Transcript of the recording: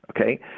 okay